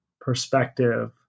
perspective